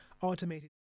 Automated